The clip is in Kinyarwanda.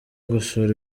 gusura